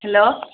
hello